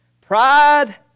pride